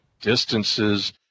distances